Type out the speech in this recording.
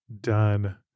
done